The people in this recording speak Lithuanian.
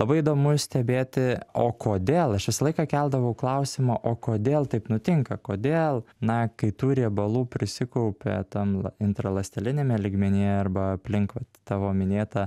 labai įdomu stebėti o kodėl aš visą laiką keldavau klausimą o kodėl taip nutinka kodėl na kai tų riebalų prisikaupia tam intraląsteliniame lygmenyje arba aplink tavo minėtą